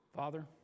Father